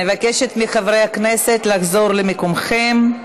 אני מבקשת מחברי הכנסת לחזור למקומכם.